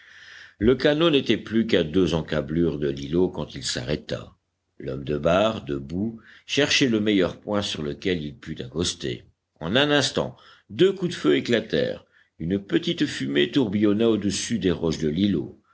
le canot n'était plus qu'à deux encablures de l'îlot quand il s'arrêta l'homme de barre debout cherchait le meilleur point sur lequel il pût accoster en un instant deux coups de feu éclatèrent une petite fumée tourbillonna au-dessus des roches de l'îlot